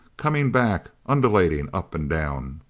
coming back, undulating up and down.